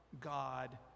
God